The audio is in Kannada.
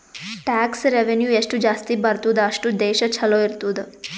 ಟ್ಯಾಕ್ಸ್ ರೆವೆನ್ಯೂ ಎಷ್ಟು ಜಾಸ್ತಿ ಬರ್ತುದ್ ಅಷ್ಟು ದೇಶ ಛಲೋ ಇರ್ತುದ್